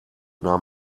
nahm